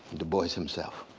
du bois himself.